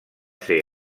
ser